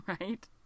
right